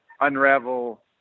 unravel